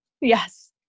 Yes